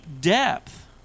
depth